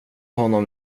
honom